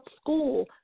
school